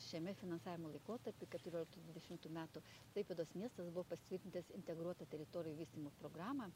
šiame finansavimo laikotarpy keturioliktų dvidešimtų metų klaipėdos miestas buvo pasirinktas integruotą teritorijų vystymo programą